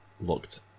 looked